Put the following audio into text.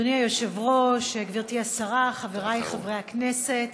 אדוני היושב-ראש, גברתי השרה, חבריי חברי הכנסת,